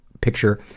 picture